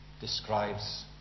describes